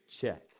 Check